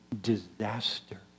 disaster